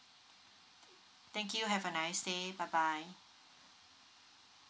thank you have a nice day bye bye